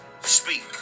speak